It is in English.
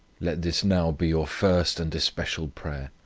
let this now be your first and especial prayer.